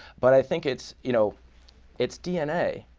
but i think it's you know it's dna.